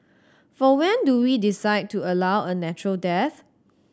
for when do we decide to allow a natural death